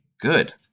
good